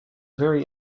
very